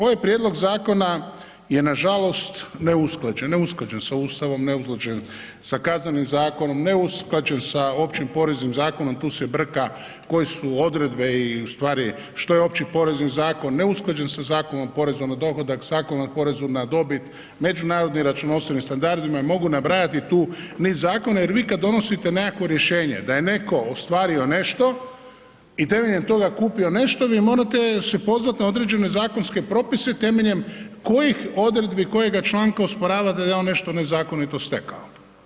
Ovaj prijedlog zakona je nažalost neusklađen, neusklađen sa Ustavom, neusklađen sa Kaznenim zakonom, neusklađen sa Općim poreznim zakonom, tu se brka koje su odredbe i ustvari što je Opći porezni zakon, neusklađen sa Zakonom o porezu na dohodak, Zakonom o porezu na dobit, međunarodnim računovodstvenim standardima i mogu nabrajati tu niz zakona jer vi kad donosite nekakvo rješenje da je netko ostvario nešto i temeljem toga kupio nešto vi morate se pozvat na određene zakonske propise temeljem kojih odredbi i kojega članka osporavate da je on nešto nezakonito stekao.